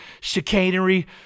chicanery